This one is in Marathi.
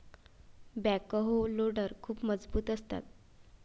बॅकहो लोडर खूप मजबूत असतात